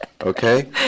Okay